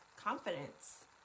confidence